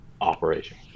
Operation